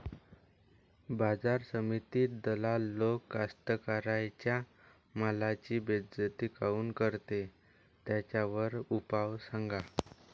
बाजार समितीत दलाल लोक कास्ताकाराच्या मालाची बेइज्जती काऊन करते? त्याच्यावर उपाव सांगा